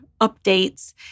updates